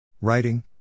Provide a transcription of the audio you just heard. Writing